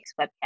webcast